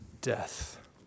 death